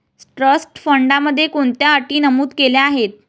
Trust फंडामध्ये कोणत्या अटी नमूद केल्या आहेत?